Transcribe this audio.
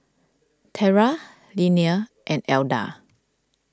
Tera Linnea and Elda